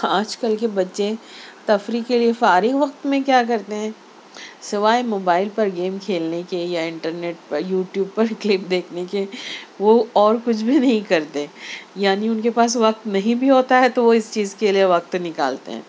آج کل کے بچے تفریح کے لیے فارغ وقت میں کیا کرتے ہیں سوائے موبائل پر گیم کھیلنے کے یا انٹرنیٹ پر یوٹوب پر کلک دیکھنے کے وہ اور کچھ بھی نہیں کرتے یعنی ان کے پاس وقت نہیں بھی ہوتا ہے تو وہ اس چیز کے لیے وقت نکالتے ہیں